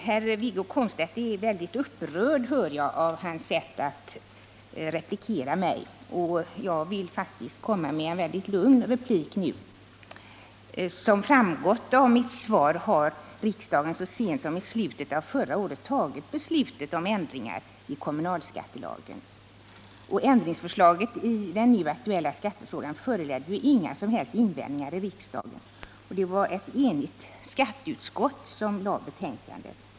Herr talman! Wiggo Komstedt är väldigt upprörd — det förstår jag av hans sätt att replikera mig — och jag vill nu svara med att komma med en mycket lugn replik. Som framgått av mitt svar har riksdagen så sent som i slutet av förra året tagit beslutet om ändringar i kommunalskattelagen. Ändringsförslaget i den nu aktuella skattefrågan föranledde inga invändningar i riksdagen. Det var ett enigt skatteutskott som lade fram betänkandet.